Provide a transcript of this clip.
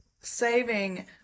saving